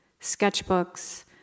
sketchbooks